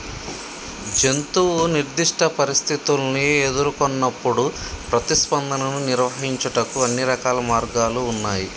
జంతువు నిర్దిష్ట పరిస్థితుల్ని ఎదురుకొన్నప్పుడు ప్రతిస్పందనను నిర్వహించుటకు అన్ని రకాల మార్గాలు ఉన్నాయి